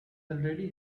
already